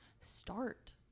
start